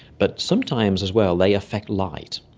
but sometimes, as well, they affect light,